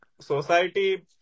society